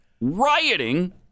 rioting